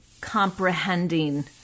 comprehending